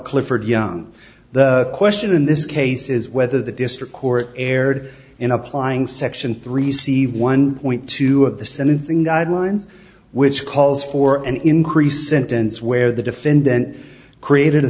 clifford young the question in this case is whether the district court erred in applying section three c one point two of the sentencing guidelines which calls for an increase in tents where the defendant created a